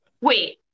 Wait